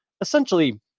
essentially